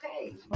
okay